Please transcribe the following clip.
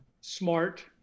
smart